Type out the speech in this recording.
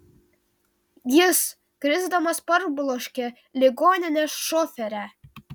jis krisdamas parbloškė ligoninės šoferę